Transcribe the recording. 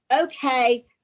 okay